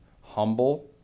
humble